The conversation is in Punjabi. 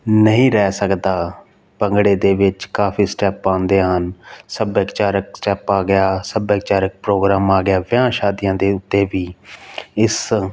ਨਹੀਂ ਰਹਿ ਸਕਦਾ ਭੰਗੜੇ ਦੇ ਵਿੱਚ ਕਾਫੀ ਸਟੈਪ ਆਉਂਦੇ ਹਨ ਸੱਭਿਆਚਾਰਕ ਸਟੈਪ ਆ ਗਿਆ ਸੱਭਿਆਚਾਰਕ ਪ੍ਰੋਗਰਾਮ ਆ ਗਿਆ ਵਿਆਹ ਸ਼ਾਦੀਆਂ ਦੇ ਉੱਤੇ ਵੀ ਇਸ